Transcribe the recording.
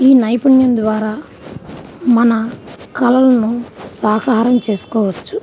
ఈ నైపుణ్యం ద్వారా మన కలలను సాకారం చేసుకోవచ్చు